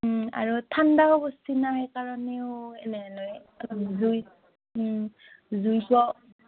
আৰু ঠাণ্ডাও পৰিছে ন সেইকাৰণেও এনেহেন হয় জুই জুই পুৱাওঁ